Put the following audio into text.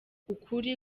ukuri